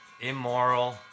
immoral